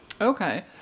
Okay